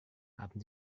haben